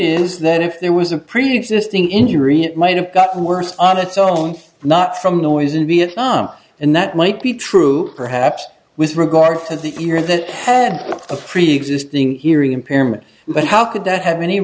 is that if there was a preexisting injury it might have gotten worse on its own not from noise in vietnam and that might be true perhaps with regard to the fear that had a preexisting hearing impairment but how could that have any